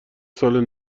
سال